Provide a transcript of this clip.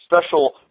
special